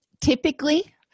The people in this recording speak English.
typically